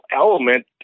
element